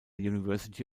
university